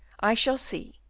i shall see,